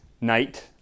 night